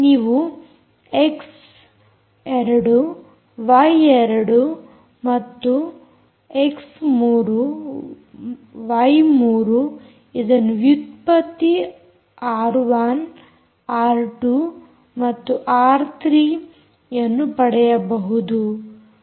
ನೀವು x two y two ಮತ್ತು x three ವೈ3 ಇದನ್ನು ವ್ಯುತ್ಪತ್ತಿ ಆರ್1 ಆರ್2 ಮತ್ತು ಆರ್3ಅನ್ನು ಪಡೆಯಬಹುದು